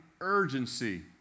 urgency